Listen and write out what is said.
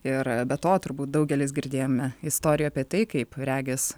ir be to turbūt daugelis girdėjome istorijų apie tai kaip regis